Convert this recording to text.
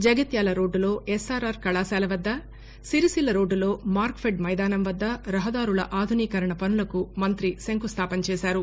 జగిత్యాల రోడ్లులో ఎస్ఆర్ఆర్ కళాశాల వద్ద సిరిసిల్ల రోడ్దులో మార్క్ఫెడ్ మైదానం వద్ద రహదారుల ఆధునీకరణ పనులకు మంగ్రి శంకుస్థాపన చేశారు